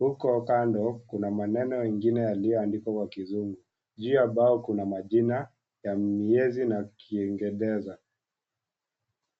.uko kando kuna maneno mengine yaliyoandikwa Kwa kizungu, juu ya bao kuna majina ya miezi na kuendeleza.